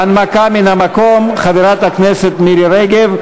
ההנמקה מן המקום, חברת הכנסת מירי רגב.